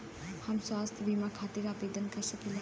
हम स्वास्थ्य बीमा खातिर आवेदन कर सकीला?